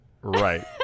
Right